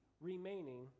remaining